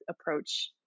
approach